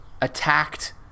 attacked